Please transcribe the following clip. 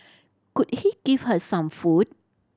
could he give her some food